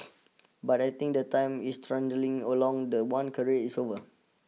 but I think the time is trundling along the one career is over